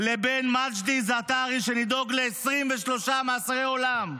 לבין מג'די זעתרי, שנדון ל-23 מאסרי עולם?